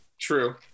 True